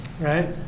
right